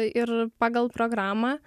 ir pagal programą